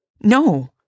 No